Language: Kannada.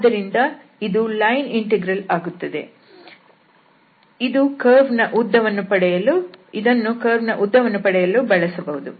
ಆದ್ದರಿಂದ ಇದು ಲೈನ್ ಇಂಟೆಗ್ರಲ್ ಆಗುತ್ತದೆ ಇದನ್ನು ಕರ್ವ್ನ ಉದ್ದ ವನ್ನು ಪಡೆಯಲು ಬಳಸಬಹುದು